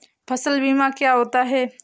फसल बीमा क्या होता है?